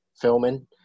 filming